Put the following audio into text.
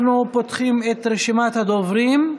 אנחנו פותחים את רשימת הדוברים.